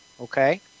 okay